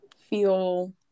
feel